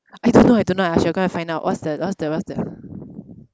I don't know I don't know I shall go and find out what's the what's the what's the